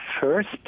first